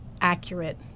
accurate